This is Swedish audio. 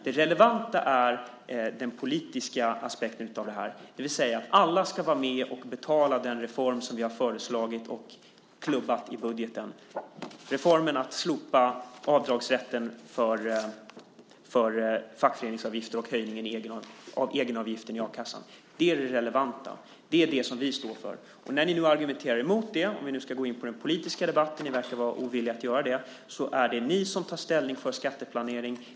Det relevanta är den politiska aspekten av detta, det vill säga att alla ska vara med och betala den reform som vi har föreslagit och klubbat i budgeten, nämligen reformen att slopa avdragsrätten för fackföreningsavgifter och att höja egenavgiften i a-kassan. Det är det relevanta. Det är det som vi står för. När ni nu argumenterar emot det är det ni som tar ställning för skatteplanering, om vi nu ska gå in på den politiska debatten. Ni verkar vara ovilliga att göra det.